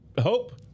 hope